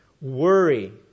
worry